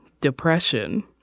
depression